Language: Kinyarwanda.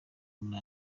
muri